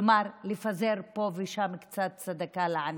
כלומר, לפזר פה ושם קצת צדקה לעניים.